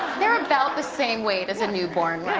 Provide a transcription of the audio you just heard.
they're about the same weight as a newborn,